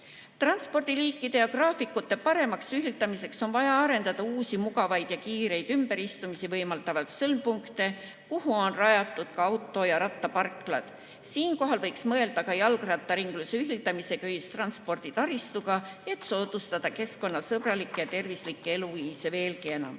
Transpordiliikide ja ‑graafikute paremaks ühildamiseks on vaja arendada uusi mugavaid ja kiireid ümberistumisi võimaldavaid sõlmpunkte, kuhu on rajatud ka auto‑ ja rattaparklad. Siinkohal võiks mõelda ka jalgrattaringluse ühildamisele ühistranspordi taristuga, et soodustada keskkonnasõbralikke ja tervislikke eluviise veelgi enam.